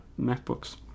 MacBooks